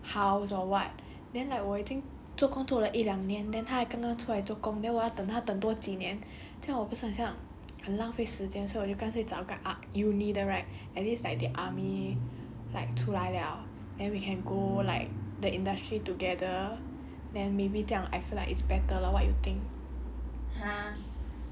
maybe like got a house or what then like 我已经做工做了一两年 then 他才刚刚出来做工 then 我要等他等多几年这样我不是很像很浪费时间所以我就干脆找个 uh uni 的 right at least like they army like 出来 liao then we can go like the industry together then maybe 这样 l feel like it's better lah what you think